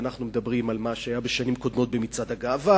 ואנחנו מדברים על מה שהיה בשנים קודמות במצעד הגאווה,